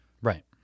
Right